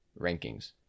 rankings